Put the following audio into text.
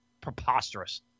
preposterous